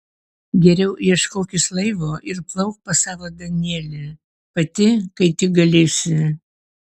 geriau ieškokis laivo ir plauk pas savo danielį pati kai tik galėsi